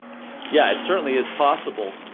yeah, it certainly is possible.